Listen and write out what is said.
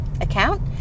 account